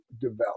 develop